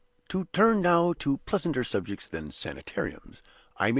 to turn now to pleasanter subjects than sanitariums,